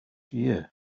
year